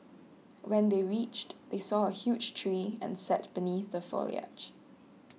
when they reached they saw a huge tree and sat beneath the foliage